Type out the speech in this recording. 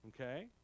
Okay